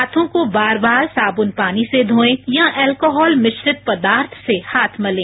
हाथों को बार बार साबुन पानी से धोएं या अल्कोहल मिश्रित पदार्थ से हाथ मलें